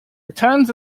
returns